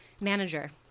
manager